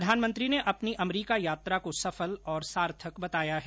प्रधानमंत्री ने अपनी अमरीका यात्रा को सफल और सार्थक बताया है